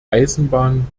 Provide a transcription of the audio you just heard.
eisenbahn